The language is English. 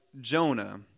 Jonah